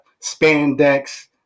spandex